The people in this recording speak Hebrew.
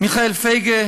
מיכאל פייגה